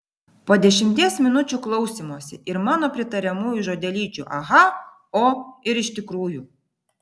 po dešimties minučių klausymosi ir mano pritariamųjų žodelyčių aha o ir iš tikrųjų